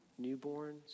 newborns